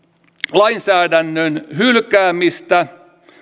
lainsäädännön hylkäämistä